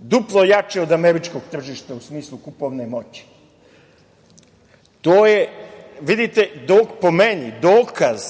duplo jače od američkog tržišta u smislu kupovne moći, po meni dokaz